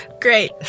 Great